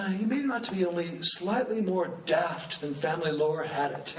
you made him out to be only slightly more daft than family lore had it.